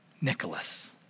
Nicholas